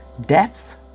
depth